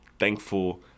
thankful